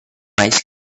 ice